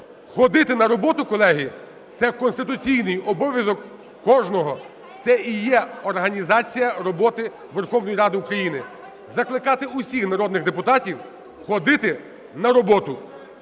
Ходити на роботу, колеги, це конституційний обов'язок кожного. Це і є організація роботи Верховної Ради України: закликати усіх народних депутатів ходити на роботу